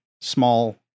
small